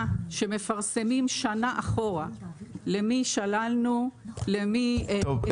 שמפרסמים שנה אחורה למי שללנו --- טוב,